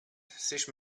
sich